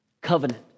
Covenant